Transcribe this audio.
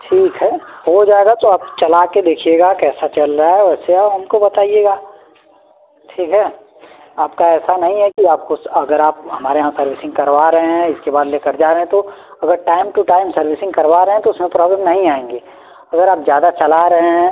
ठीक है हो जाएगा तो आप चला के देखिएगा कैसा चल रहा है वैसे आप हमको बताइएगा ठीक है आपका ऐसा नहीं है कि आपको अगर आप हमारे यहाँ सर्विसिंग करवा रहे हैं इसके बाद लेकर जा रहे हैं तो अगर टाइम टू टाइम सर्विसिंग करवा रहे हैं तो उसमें प्रॉब्लम नहीं आऍंगी अगर आप ज़्यादा चला रहे हैं